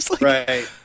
right